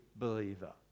believer